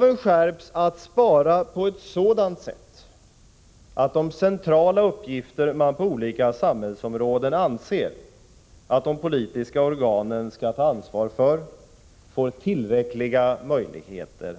Vi måste spara på ett sådant sätt att de centrala uppgifter på olika samhällsområden som man anser att de politiska organen skall ta ansvar för får tillräckliga möjligheter.